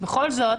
בכל זאת,